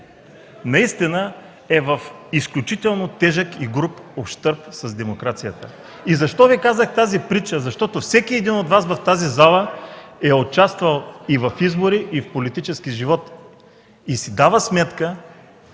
наистина е в изключително тежък и груб ущърб с демокрацията. Защо Ви казах тази притча? Защото всеки един от Вас в тази зала е участвал и в избори, и в политическия живот, и си дава сметка